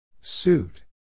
Suit